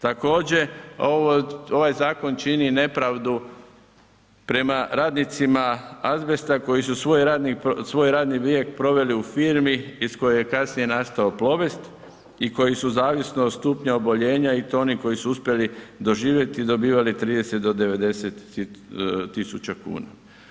Također ovaj zakon čini nepravdu prema radnicima azbesta koji su svoj radni vijek proveli u firmi iz koje je kasnije nastao Plobest i koji su zavisno od stupnja i to oni koju su uspjeli doživjeti dobivali 30 do 90 tisuća kuna.